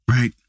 Right